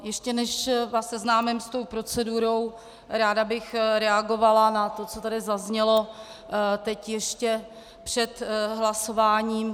Ještě než vás seznámím s procedurou, ráda bych reagovala na to, co tady zaznělo, teď ještě před hlasováním.